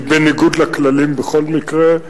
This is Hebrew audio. היא בניגוד לכללים בכל מקרה.